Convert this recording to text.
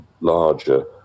larger